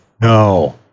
no